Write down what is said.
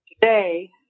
today